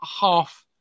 half-